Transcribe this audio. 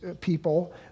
people